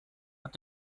hat